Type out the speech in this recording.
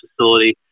facility